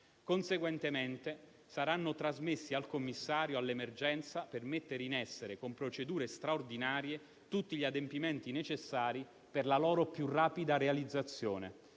conseguentemente saranno trasmessi al commissario straordinario per l'emergenza, per mettere in essere, con procedure straordinarie, tutti gli adempimenti necessari per la loro più rapida realizzazione.